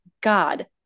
God